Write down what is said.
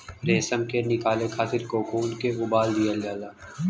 रेशम के निकाले खातिर कोकून के उबाल दिहल जाला